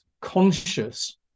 conscious